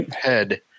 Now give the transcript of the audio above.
head